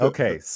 Okay